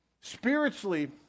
Spiritually